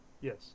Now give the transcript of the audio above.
yes